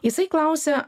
jisai klausia